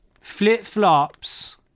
flip-flops